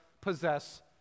possess